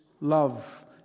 Love